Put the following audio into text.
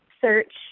search